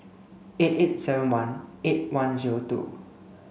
eight eight seven one eight one zero two